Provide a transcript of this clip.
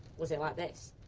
was it like this?